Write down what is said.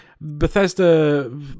Bethesda